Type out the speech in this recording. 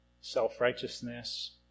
self-righteousness